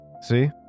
See